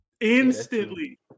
Instantly